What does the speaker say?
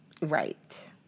right